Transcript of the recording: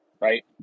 right